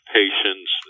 patients